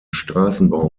straßenbau